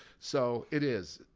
so it is,